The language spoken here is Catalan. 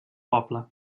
poble